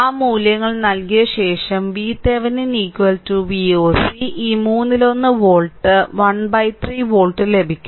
ആ മൂല്യങ്ങൾ നൽകിയ ശേഷം VThevenin Voc ഈ മൂന്നിലൊന്ന് വോൾട്ട് 13 വോൾട്ട് ലഭിക്കും